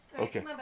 Okay